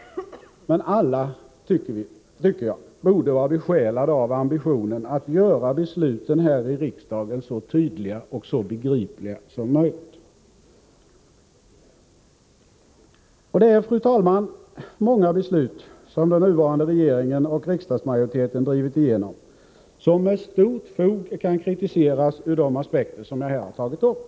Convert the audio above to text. Men alla borde vara besjälade av ambitionen att göra besluten här i riksdagen så tydliga och så begripliga som möjligt. Det är, fru talman, många beslut som den nuvarande regeringen och riksdagsmajoriteten har drivit igenom som med stort fog kan kritiseras i de aspekter som jag här tagit upp.